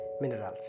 minerals